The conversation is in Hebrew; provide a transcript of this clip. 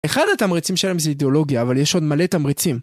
אחד התמריצים שלהם זה אידיאולוגיה, אבל יש עוד מלא תמריצים.